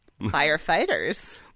firefighters